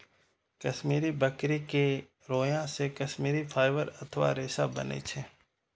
कश्मीरी बकरी के रोआं से कश्मीरी फाइबर अथवा रेशा बनै छै